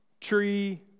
tree